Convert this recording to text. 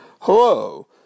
Hello